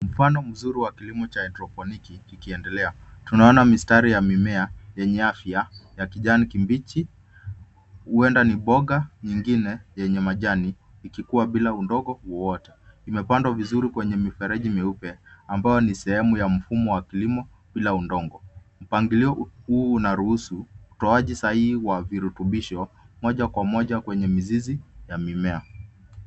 Mfano mzuri wa kilimo cha haidroponiki ikiendelea. Tunaona mistari yenye afya ya kijani kibichi, huenda ni mboga ingine yenye majani ikikua bila udongo wowote. Imepandwa vizuri kwenye mifereji meupe ambayo ni sehemu wa mfumo wa kilimo bila udongo. Mpangilio huu unaruhusu utoaji sahihi wa virutubisho moja kwa moja kwenye mizizi ya mimea.